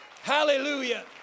Hallelujah